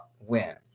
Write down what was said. win